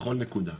בכל נקודה.